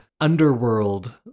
underworld